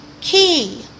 key